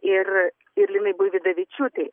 ir ir linai buividavičiūtei